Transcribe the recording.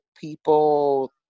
people